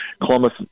columbus